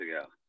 ago